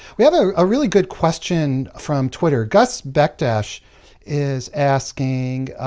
we have a ah really good question from twitter. gus bekdash is asking,